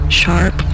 sharp